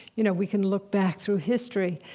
you know we can look back through history.